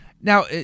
Now